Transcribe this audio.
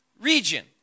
region